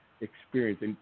experience